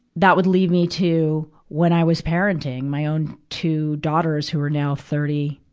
that would lead me to, when i was parenting my own two daughters who are now thirty,